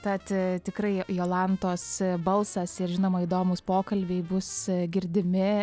tad tikrai jolantos balsas ir žinoma įdomūs pokalbiai bus girdimi